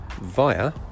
via